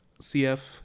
CF